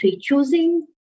choosing